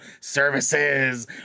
services